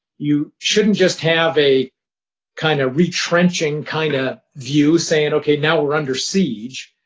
you shouldn't just have a kind of retrenching kind of view saying, okay, now we're under siege.